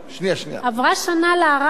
עברה שנה לערר,